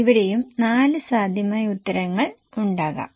ഇവിടെയും 4 സാധ്യമായ ഉത്തരങ്ങൾ ഉണ്ടാകാം